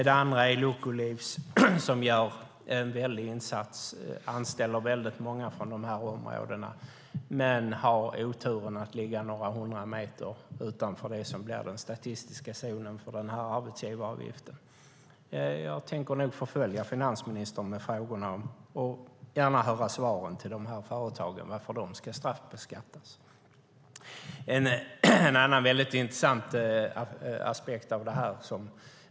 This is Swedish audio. Det andra är Lucu Food, som gör en stor insats och anställer väldigt många från de här områdena men har oturen att ligga några hundra meter utanför det som blir den statistiska zonen för den här arbetsgivaravgiften. Jag tänker nog förfölja finansministern med de här frågorna och gärna höra svaret till de här företagen om varför de ska straffbeskattas. Det finns en annan mycket intressant aspekt på detta.